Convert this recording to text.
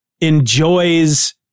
enjoys